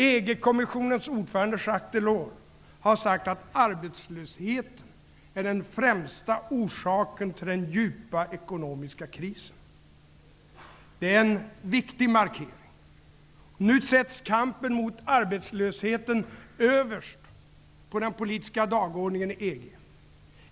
EG-kommissionens ordförande Jacques Delors har sagt att arbetslösheten är den främsta orsaken till den djupa ekonomiska krisen. Det är en viktig markering. Nu sätts kampen mot arbetslösheten överst på den politiska dagordningen inom EG.